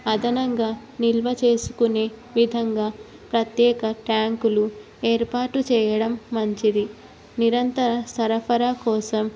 అదనంగా నిల్వ చేసుకునే విధంగా ప్రత్యేక ట్యాంకులు ఏర్పాటు చేయడం మంచిది నిరంతర సరఫరా కోసం